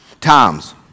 times